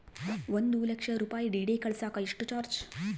ಒಂದು ಲಕ್ಷ ರೂಪಾಯಿ ಡಿ.ಡಿ ಕಳಸಾಕ ಎಷ್ಟು ಚಾರ್ಜ್?